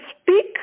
speak